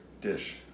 dish